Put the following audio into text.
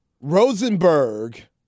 Rosenberg